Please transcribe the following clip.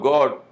God